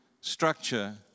structure